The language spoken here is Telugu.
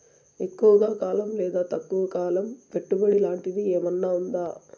ఎక్కువగా కాలం లేదా తక్కువ కాలం పెట్టుబడి లాంటిది ఏమన్నా ఉందా